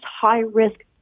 high-risk